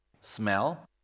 smell